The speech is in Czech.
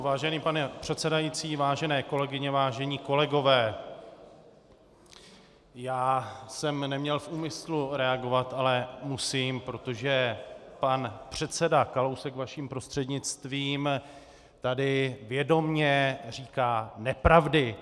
Vážený pane předsedající, vážené kolegyně, vážení kolegové, já jsem neměl v úmyslu reagovat, ale musím, protože pan předseda Kalousek, vaším prostřednictvím, tady vědomě říká nepravdy.